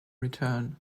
return